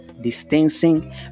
distancing